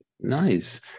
nice